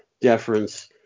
deference